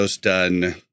done